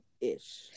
ish